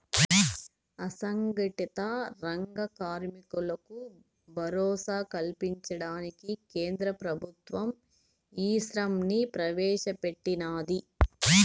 అసంగటిత రంగ కార్మికులకు భరోసా కల్పించడానికి కేంద్ర ప్రభుత్వం ఈశ్రమ్ ని ప్రవేశ పెట్టినాది